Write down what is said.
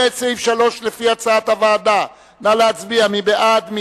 מי בעד ההסתייגות?